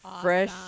Fresh